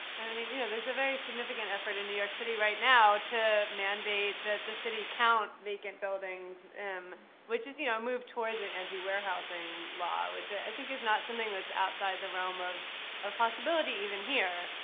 and i mean, you know, there's a very significant effort in new york city right now to mandate that the city count vacant buildings, which is, you know, move towards an ah anti warehousing law which i think is not something that's outside the realm of of possibility, even here.